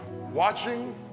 watching